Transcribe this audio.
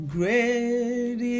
Great